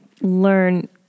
learn